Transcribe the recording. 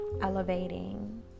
elevating